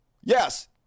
yes